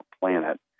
planet